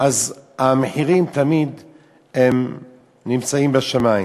אז המחירים תמיד בשמים.